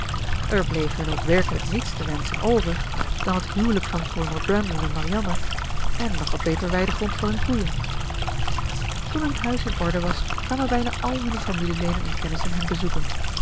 er bleef hun ook werkelijk niets te wenschen over dan het huwelijk van kolonel brandon en marianne en nog wat beter weidegrond voor hun koeien toen hun huis in orde was kwamen bijna al hunne familieleden en kennissen hen bezoeken